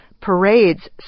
Parades